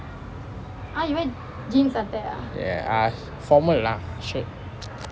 ya ah formal lah shirt